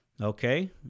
okay